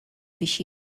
biex